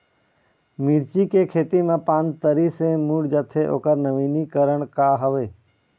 मिर्ची के खेती मा पान तरी से मुड़े जाथे ओकर नवीनीकरण का हवे?